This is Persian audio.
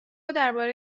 درباره